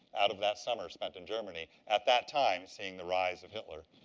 out of that summer spent in germany, at that time, seeing the rise of hitler.